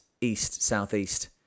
east-southeast